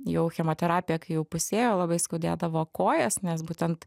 jau chemoterapija kai jau įpusėjo labai skaudėdavo kojas nes būtent